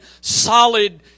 solid